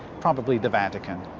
probably the vatican.